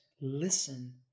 listen